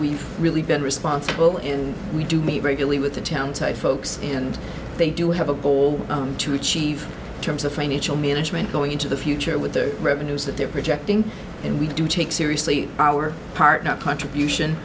we've really been responsible and we do meet regularly with the townsite folks and they do have a goal to achieve terms of financial management going into the future with their revenues that they're projecting and we do take seriously our part not contribution